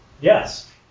Yes